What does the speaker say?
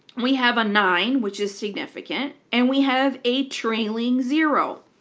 we have a nine, which is significant, and we have a trailing zero.